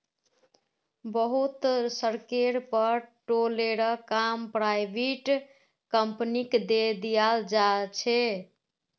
बहुत सड़केर पर टोलेर काम पराइविट कंपनिक दे दियाल जा छे